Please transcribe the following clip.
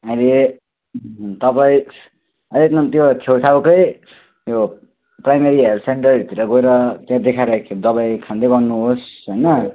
अहिले तपाईँ यसमा त्यो छेउछाउकै उयो प्राइमेरी हेल्थ सेन्टरहरूतिर गएर त्यहाँ देखाएर एकखेप दबाई खाँदै गर्नुहोस् होइन